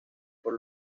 por